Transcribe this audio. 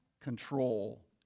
control